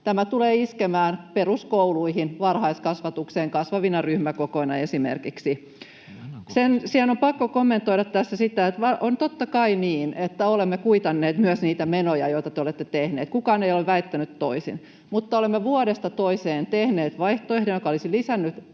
Tämä tulee iskemään peruskouluihin ja varhaiskasvatukseen esimerkiksi kasvavina ryhmäkokoina. On pakko kommentoida tässä sitä, että on totta kai niin, että olemme kuitanneet myös niitä menoja, joita te olette tehneet, kukaan ei ole väittänyt toisin, mutta olemme vuodesta toiseen tehneet vaihtoehdon, joka olisi lisännyt